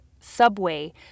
subway